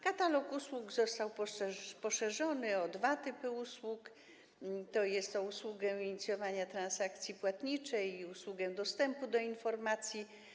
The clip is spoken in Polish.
Katalog usług został poszerzony o dwa typy usług, tj. o usługę inicjowania transakcji płatniczej i usługę dostępu do informacji.